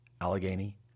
Allegheny